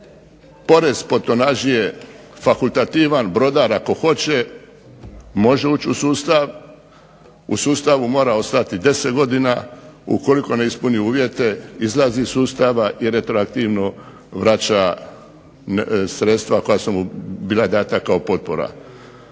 Porez po tonaži je fakultativan, brodar ako hoće može ući u sustav, u sustavu mora ostati 10 godina, ukoliko ne ispuni uvjete izlazi iz sustava i retroaktivno vraća sredstva koja su mu bila data kao potpora.